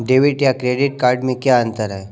Debit या credit card में क्या अन्तर है?